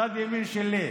צד ימין שלי.